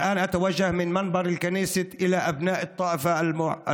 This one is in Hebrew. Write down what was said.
(אומר דברים בשפה הערבית, להלן תרגומם: